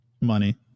Money